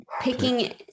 picking